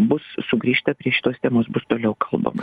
bus sugrįžta prie šitos temos bus toliau kalbama